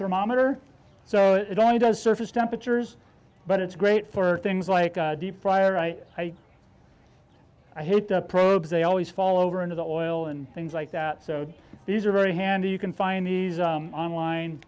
thermometer so it only does surface temperatures but it's great for things like deep fryer i hate the probes they always fall over into the oil and things like that so these are very handy you can find these online